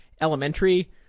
Elementary